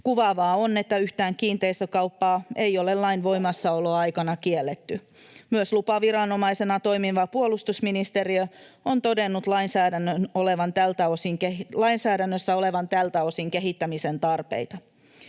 Kuvaavaa on, että yhtään kiinteistökauppaa ei ole lain voimassaoloaikana kielletty. Myös lupaviranomaisena toimiva puolustusministeriö on todennut lainsäädännössä olevan tältä osin kehittämisen tarpeita.